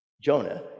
Jonah